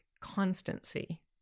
constancy